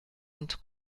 und